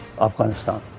Afghanistan